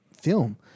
film